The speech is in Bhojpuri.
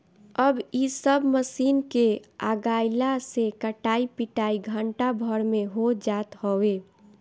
अब इ सब मशीन के आगइला से कटाई पिटाई घंटा भर में हो जात हवे